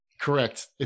Correct